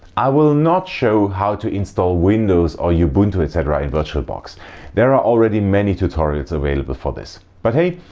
i will not show how to install windows or ubuntu etc. in virtualbox there are already many tutorials available for this but hey,